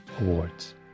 awards